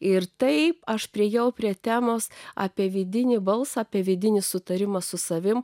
ir taip aš priėjau prie temos apie vidinį balsą apie vidinį sutarimą su savimi